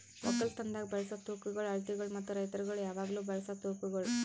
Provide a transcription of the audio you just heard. ಒಕ್ಕಲತನದಾಗ್ ಬಳಸ ತೂಕಗೊಳ್, ಅಳತಿಗೊಳ್ ಮತ್ತ ರೈತುರಗೊಳ್ ಯಾವಾಗ್ಲೂ ಬಳಸ ತೂಕಗೊಳ್